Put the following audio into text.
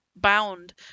bound